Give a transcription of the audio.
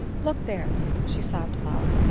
look there! she sobbed aloud.